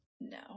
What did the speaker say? no